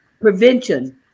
prevention